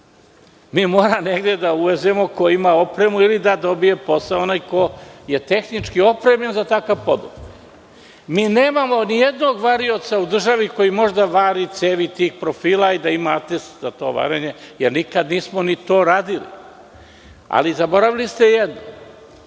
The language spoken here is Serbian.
Moramo da uvezemo od onoga ko ima opremu ili da dobije posao onaj ko je tehnički opremljen za takav posao. Nemamo nijednog varioca u državi koji može da vari cevi tih profila i da ima atest za to varenje jer nikada nismo to radili. Ali, zaboravili ste jedno,